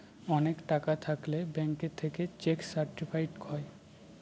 অনেক টাকা থাকলে ব্যাঙ্ক থেকে চেক সার্টিফাইড হয়